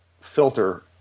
filter